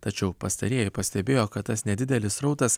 tačiau pastarieji pastebėjo kad tas nedidelis srautas